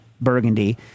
Burgundy